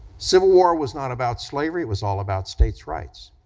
civil war was not about slavery, it was all about states' rights.